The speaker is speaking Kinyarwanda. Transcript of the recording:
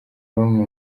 bamwe